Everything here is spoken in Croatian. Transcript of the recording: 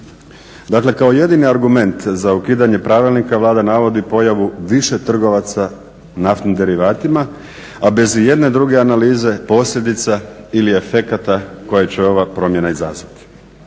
Dakle, kao jedini argument za ukidanje pravilnika Vlada navodi pojavu više trgovaca naftnim derivatima, a bez ijedne druge analize posljedica ili efekata koje će ova promjena izazvati.